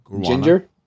Ginger